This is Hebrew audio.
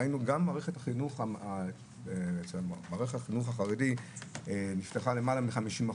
מערכת החינוך החרדי נפתחה בלמעלה מ-50%,